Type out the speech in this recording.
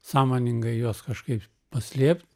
sąmoningai juos kažkaip paslėpt